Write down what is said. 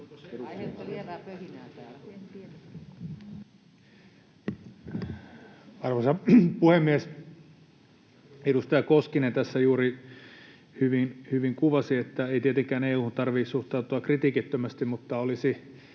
Arvoisa puhemies! Edustaja Koskinen tässä juuri hyvin kuvasi, että ei tietenkään EU:hun tarvitse suhtautua kritiikittömästi, mutta ei